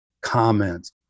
comments